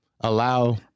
allow